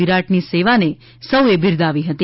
વિરાટની સેવાને સૌએ બિરદાવી હતી